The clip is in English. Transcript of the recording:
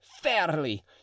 fairly